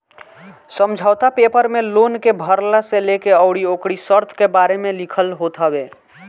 समझौता पेपर में लोन के भरला से लेके अउरी ओकरी शर्त के बारे में लिखल होत हवे